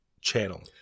channel